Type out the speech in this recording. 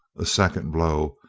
a second blow,